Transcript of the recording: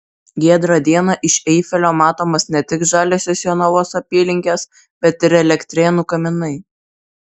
giedrą dieną iš eifelio matomos ne tik žaliosios jonavos apylinkės bet ir elektrėnų kaminai